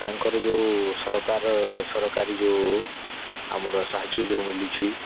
ତାଙ୍କର ଯେଉଁ ସରକାର ସରକାରୀ ଯେଉଁ ଆମର ସାହାଯ୍ୟ ଯେଉଁ ମିଲୁଛି